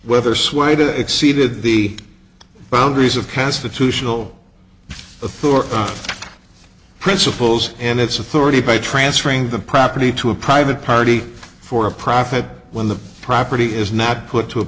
whether swayed exceeded the boundaries of constitutional authority principles and its authority by transferring the property to a private party for a profit when the property is not put to a